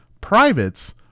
Privates